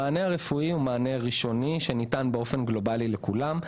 המענה הרפואי הוא מענה ראשוני שניתן באופן גלובאלי לכולם.